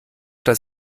das